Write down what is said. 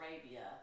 Arabia